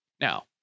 Now